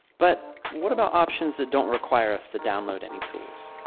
but what about options that don't require us to download any tools?